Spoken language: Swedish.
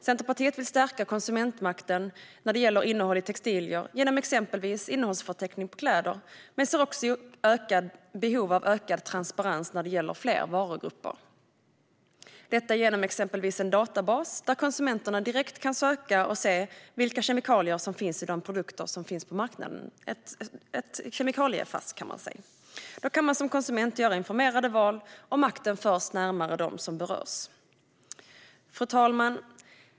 Centerpartiet vill stärka konsumentmakten när det gäller innehåll i textilier genom exempelvis innehållsförteckning på kläder, men vi ser också behov av ökad transparens när det gäller fler varugrupper. Detta kan ske genom till exempel en databas där konsumenterna direkt kan söka och se vilka kemikalier som finns i de produkter som finns på marknaden - en kemikalie-FASS, kan man säga. Då kan man som konsument göra informerade val, och makten förs närmare dem som berörs. Fru talman!